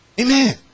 amen